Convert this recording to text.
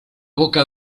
boca